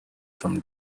from